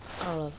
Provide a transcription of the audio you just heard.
அவ்வளோ தான்